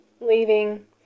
leaving